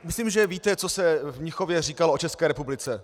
Myslím, že víte, co se v Mnichově říkalo o České republice.